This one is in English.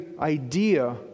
idea